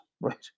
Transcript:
right